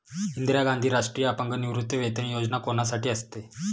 इंदिरा गांधी राष्ट्रीय अपंग निवृत्तीवेतन योजना कोणासाठी असते?